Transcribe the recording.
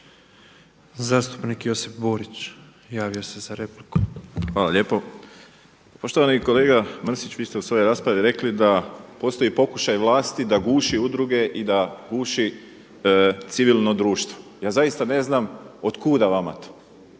Zastupnik Josip Borić, javio se za repliku. **Borić, Josip (HDZ)** Hvala lijepo. Poštovani kolega Mrsić, vi ste u svojoj raspravi rekli da postoji pokušaj vlasti da guši udruge i da guši civilno društvo. Ja zaista ne znam otkuda vama to.